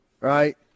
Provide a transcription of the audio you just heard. right